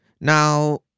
Now